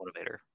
motivator